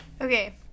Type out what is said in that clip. Okay